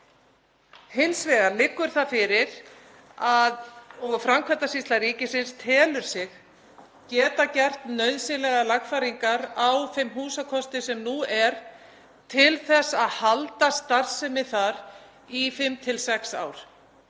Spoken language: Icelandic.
Hins vegar liggur það fyrir að Framkvæmdasýsla ríkisins telur sig geta gert nauðsynlegar lagfæringar á þeim húsakosti sem nú er til að halda starfsemi þar í fimm, sex ár.